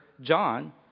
John